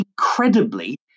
incredibly